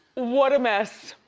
what a mess.